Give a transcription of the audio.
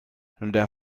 der